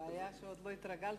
הבעיה היא שעוד לא התרגלתי.